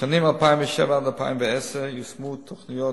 בשנים 2007 2010 יושמו תוכניות